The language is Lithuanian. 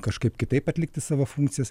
kažkaip kitaip atlikti savo funkcijas